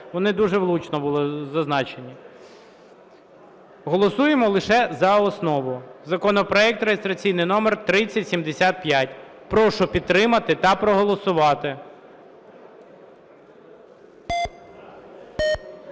вони дуже влучно були зазначені. Голосуємо лише за основу законопроект реєстраційний номер 3075. Прошу підтримати та проголосувати.